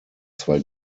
zwei